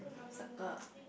circle